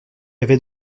avait